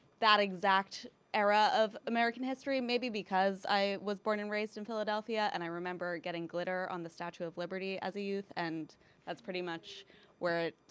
that exact era of american history. maybe because i was born and raised in philadelphia and i remember getting glitter on the statue of liberty as a youth and that's pretty much where it's